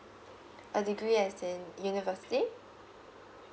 a degree as in university